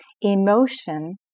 Emotion